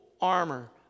armor